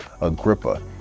Agrippa